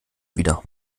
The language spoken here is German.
wieder